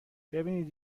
ببینید